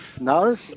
No